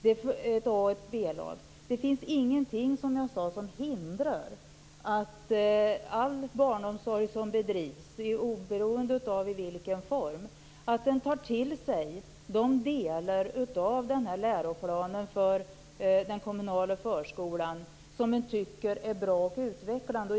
Som jag sade finns det ingenting som hindrar att all barnomsorg som bedrivs, oberoende av i vilken form det sker, tar till sig de delar av läroplanen för den kommunala förskolan som de tycker är bra och utvecklande.